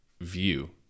view